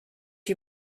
you